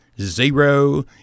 zero